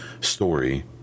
story